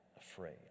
afraid